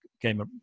came